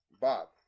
Bob